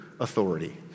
authority